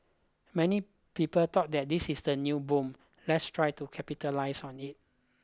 many people thought that this is the new boom let's try to capitalise on it